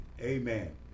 amen